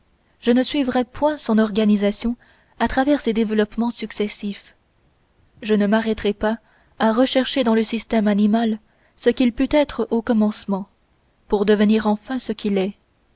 je ne suivrai point son organisation à travers ses développements successifs je ne m'arrêterai pas à rechercher dans le système animal ce qu'il put être au commencement pour devenir enfin ce qu'il est